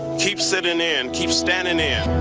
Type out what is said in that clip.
keep sitting in, keep standing in,